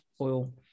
oil